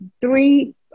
three